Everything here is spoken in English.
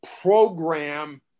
program